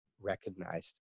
recognized